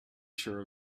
sure